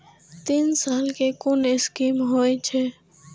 तीन साल कै कुन स्कीम होय छै?